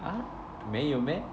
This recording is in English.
啊没有 meh